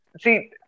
See